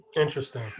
Interesting